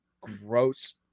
gross